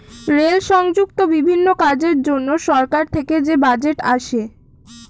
rail সংযুক্ত বিভিন্ন কাজের জন্য সরকার থেকে যে বাজেট আসে